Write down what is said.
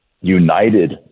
united